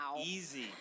Easy